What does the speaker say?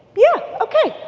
yeah, ok,